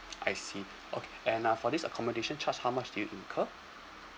I see okay and uh for this accommodation charge how much do you incurred